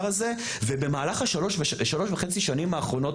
הזה ובמהלך השלוש וחצי שנים האחרונות,